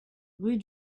rue